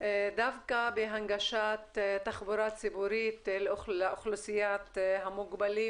דווקא בהנגשת תחבורה ציבורית לאוכלוסיית המוגבלים